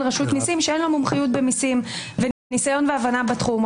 רשות מסים שאין לו מומחיות במסים וניסיון והבנה בתחום.